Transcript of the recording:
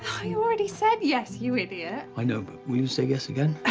i already said yes, you idiot. i know, but will you say yes again?